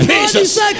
Jesus